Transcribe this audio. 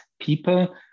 people